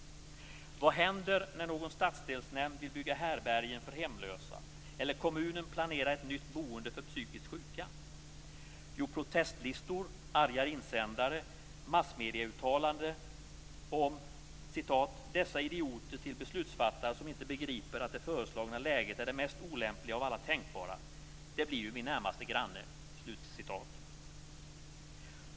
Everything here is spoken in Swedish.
Vad händer när någon stadsdelsnämnd vill bygga härbärgen för hemlösa eller när kommunen planerar ett nytt boende för psykiskt sjuka? Jo, protestlistor, arga insändare, massmedieuttalanden om "dessa idioter till beslutsfattare som inte begriper att det föreslagna läget är det mest olämpliga av alla tänkbara. Det blir ju min närmaste granne."